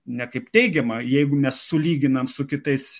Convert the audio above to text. ne kaip teigiama jeigu mes sulyginam su kitais